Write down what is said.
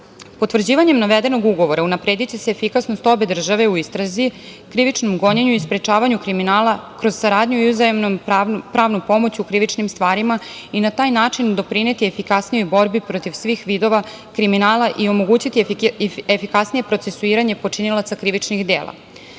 Potvrđivanjem navedenog ugovora unaprediće se efikasnost obe države u istrazi, krivičnom gonjenju i sprečavanju kriminala kroz saradnju i uzajamnom pravnom pomoću krivičnim stvarima i na taj način doprineti efikasnijoj borbi protiv svih vidova kriminala i omogućiti efikasnije procesuiranje počinilaca krivičnih dela. Teze